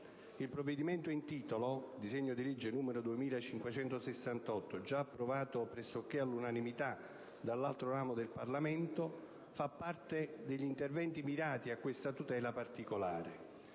in gravidanza. Il disegno di legge in votazione, già approvato pressoché all'unanimità dall'altro ramo del Parlamento, fa parte degli interventi mirati a questa tutela particolare.